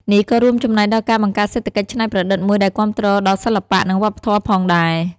នេះក៏រួមចំណែកដល់ការបង្កើតសេដ្ឋកិច្ចច្នៃប្រឌិតមួយដែលគាំទ្រដល់សិល្បៈ និងវប្បធម៌ផងដែរ។